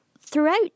throughout